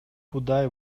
кудай